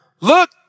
look